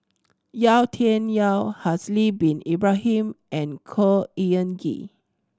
Yau Tian Yau Haslir Bin Ibrahim and Khor Ean Ghee